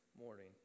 morning